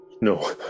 No